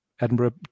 Edinburgh